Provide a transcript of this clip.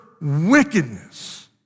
wickedness